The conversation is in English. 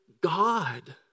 God